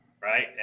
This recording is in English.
Right